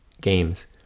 games